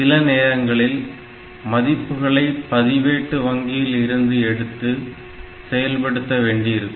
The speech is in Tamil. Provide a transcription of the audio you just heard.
சில நேரங்களில் மதிப்புகளை பதிவேட்டு வங்கியில் இருந்து எடுத்து செயல்படுத்த வேண்டியிருக்கும்